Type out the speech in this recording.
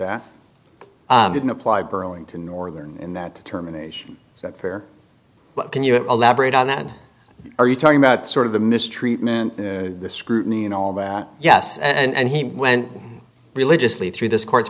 that didn't apply burlington northern in that determination here but can you elaborate on that are you talking about sort of the mistreatment the scrutiny and all that yes and he went religiously through this cour